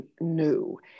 new